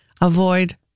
avoid